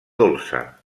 dolça